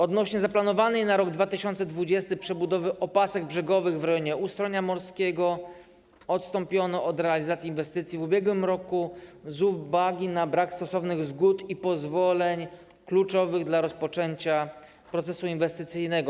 Odnośnie do zaplanowanej na rok 2020 przebudowy opasek brzegowych w rejonie Ustronia Morskiego odstąpiono od realizacji inwestycji w ubiegłym roku z uwagi na brak stosownych zgód i pozwoleń kluczowych dla rozpoczęcia procesu inwestycyjnego.